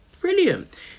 Brilliant